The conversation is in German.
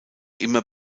immer